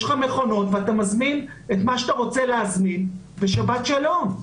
יש לך מכונות ואתה מזמין את מה שאתה רוצה להזמין באמצעות המכונה ושלום.